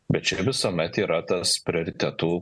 bet čia visuomet yra tas prioritetų